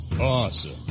awesome